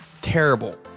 Terrible